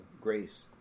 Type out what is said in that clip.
grace